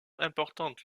importante